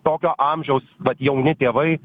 tokio amžiaus vat jauni tėvai